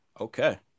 Okay